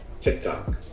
TikTok